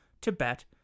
Tibet